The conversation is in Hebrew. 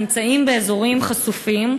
נמצאים באזורים חשופים,